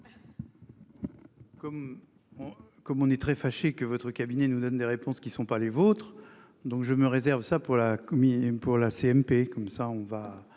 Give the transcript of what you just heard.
comme on est très fâché que votre cabinet nous donnent des réponses qui ne sont pas les vôtres. Donc, je me réserve ça pour la